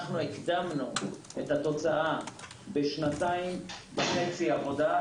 אנחנו הקדמנו את התוצאה בשנתיים וחצי עבודה,